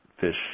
fish